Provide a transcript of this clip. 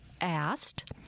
asked